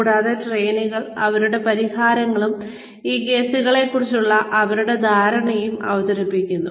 കൂടാതെ ട്രെയിനികൾ അവരുടെ പരിഹാരങ്ങളും ഈ കേസുകളെക്കുറിച്ചുള്ള അവരുടെ ധാരണയും അവതരിപ്പിക്കുന്നു